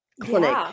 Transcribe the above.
clinic